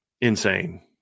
insane